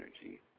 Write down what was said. energy